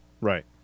right